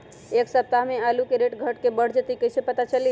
एक सप्ताह मे आलू के रेट घट ये बढ़ जतई त कईसे पता चली?